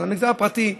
אבל המגזר הפרטי,